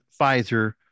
Pfizer